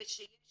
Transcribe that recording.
ושיש